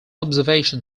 observation